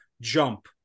jump